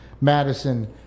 madison